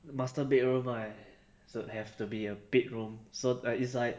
the master bedroom right so~ would have to be a bedroom so~ it's like